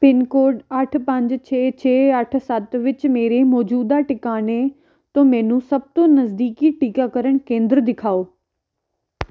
pin code ਅੱਠ ਪੰਜ ਛੇ ਛੇ ਅੱਠ ਸੱਤ ਵਿੱਚ ਮੇਰੇ ਮੌਜੂਦਾ ਟਿਕਾਣੇ ਤੋਂ ਮੈਨੂੰ ਸਭ ਤੋਂ ਨਜ਼ਦੀਕੀ ਟੀਕਾਕਰਨ ਕੇਂਦਰ ਦਿਖਾਉ